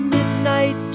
Midnight